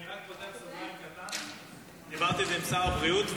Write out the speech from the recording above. אני רק פותח סוגריים קטנים: דיברתי עם שר הבריאות,